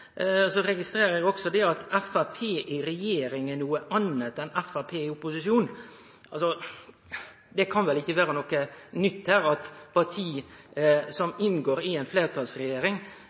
Så registrerer eg at ein seier at Framstegspartiet i regjering er noko anna enn Framstegspartiet i opposisjon. Det kan vel ikkje vere noko nytt at parti som inngår i ei regjering, opptrer litt annleis i posisjon enn ein